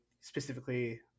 specifically